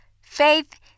faith